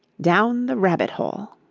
down the rabbit-hole